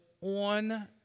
on